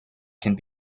can